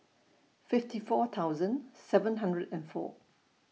fifty four thousand seven hundred and four